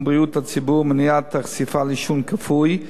בריאות הציבור ומניעת החשיפה לעישון כפוי,